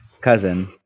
cousin